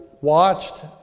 watched